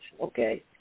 okay